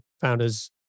founders